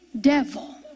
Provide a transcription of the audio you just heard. devil